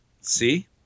See